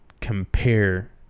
compare